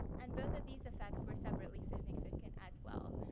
and both of these effects were separately significant as well.